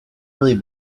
really